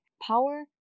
power